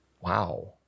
Wow